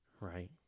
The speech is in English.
Right